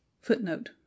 Footnote